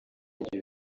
igihe